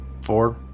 four